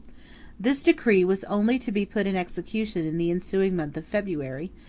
this decree was only to be put in execution in the ensuing month of february,